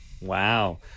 Wow